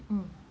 mm